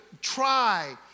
try